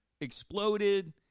exploded